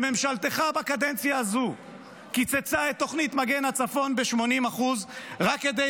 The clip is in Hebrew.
שממשלתך בקדנציה הזו קיצצה את תוכנית מגן הצפון ב-80% רק כדי